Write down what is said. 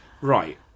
Right